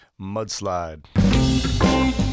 Mudslide